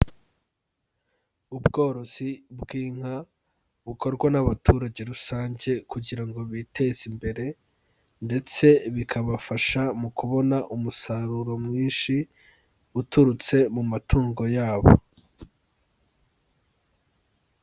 Ubworozi bw'inka bukorwa n'abaturage rusange kugira ngo biteze imbere, ndetse bikabafasha mu kubona umusaruro mwinshi, uturutse mu matungo yabo.